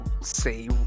say